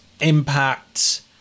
impact